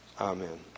Amen